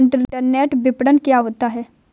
Internet विपणन क्या होता है?